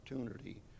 opportunity